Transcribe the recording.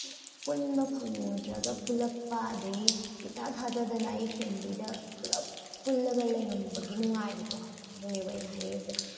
ꯄꯨꯟꯕ ꯐꯪꯉꯨꯗ꯭ꯔꯒ ꯄꯨꯂꯛꯄ ꯑꯗꯒꯤ ꯏꯊꯥ ꯊꯥꯖꯗꯅ ꯑꯩ ꯐꯦꯃꯤꯂꯤꯗ ꯄꯨꯂꯞ ꯄꯨꯜꯂꯒ ꯂꯩꯔꯝꯕꯒꯤ ꯅꯨꯡꯉꯥꯏꯕꯗꯣ ꯑꯗꯨꯅꯦꯕ ꯑꯩꯅ ꯍꯥꯏꯅꯤꯡꯏꯁꯦ